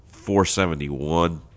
471